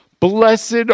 Blessed